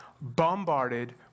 bombarded